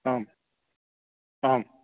आम् आम्